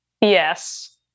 Yes